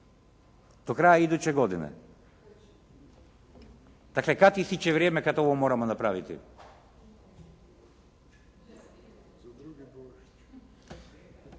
Do kraja iduće godine. dakle, kada ističe vrijeme kada ovo moramo napraviti?